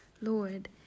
lord